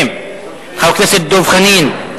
למצביעים, חבר הכנסת דב חנין,